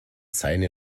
seine